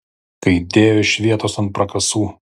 kai dėjo iš vietos ant prakasų